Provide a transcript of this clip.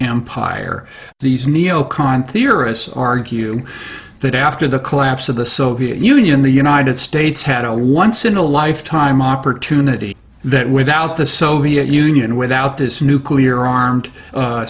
empire these neo con theorists argue that after the collapse of the soviet union the united states had a once in a lifetime opportunity that without the soviet union without this nuclear armed